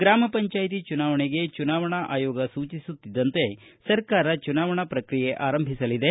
ಗ್ರಾಮ ಪಂಚಾಯಿತಿ ಚುನಾವಣೆಗೆ ಚುನಾವಣಾ ಆಯೋಗ ಸೂಚಿಸುತ್ತಿದ್ದಂತೆ ಸರ್ಕಾರ ಚುನಾವಣಾ ಪ್ರಕ್ರಿಯೆ ಆರಂಭಿಸಲಿದೆ